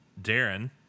Darren